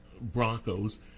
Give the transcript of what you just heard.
Broncos